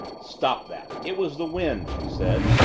stop that! it was the wind! she said,